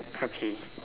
okay